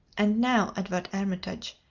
and now, edward armitage,